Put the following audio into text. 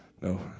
No